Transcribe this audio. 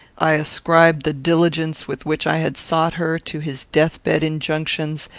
i ascribed the diligence with which i had sought her to his death-bed injunctions,